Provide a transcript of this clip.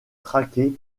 traqué